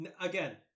again